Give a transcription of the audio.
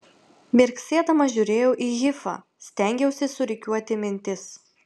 mirksėdama žiūrėjau į hifą stengiausi surikiuoti mintis